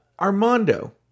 Armando